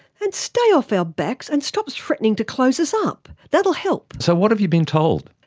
and stay off our backs and stop threatening to close us up. that will help. so what have you been told?